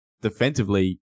defensively